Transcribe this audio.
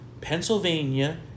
Pennsylvania